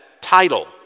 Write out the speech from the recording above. title